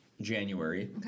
January